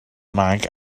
mag